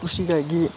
ಕೃಷಿಗಾಗಿ